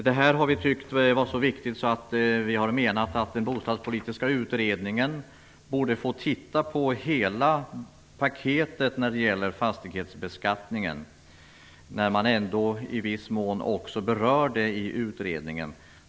Det här har vi ansett vara så viktigt att vi menat att den bostadspolitiska utredningen borde få titta på hela paketet när det gäller fastighetsbeskattningen, när man ändå i viss mån berör det i utredningen.